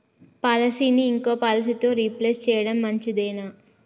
పాలసీని ఇంకో పాలసీతో రీప్లేస్ చేయడం మంచిదేనా?